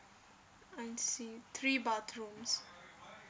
I see three bathrooms